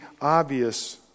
obvious